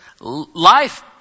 life